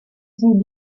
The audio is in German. sie